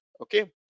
okay